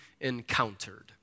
encountered